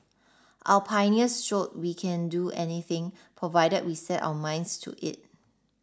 our pioneers showed we can do anything provided we set our minds to it